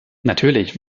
natürlich